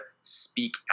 speak